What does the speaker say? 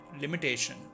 limitation